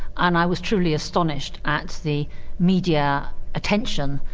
and i was truly astonished at the media attention,